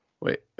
Wait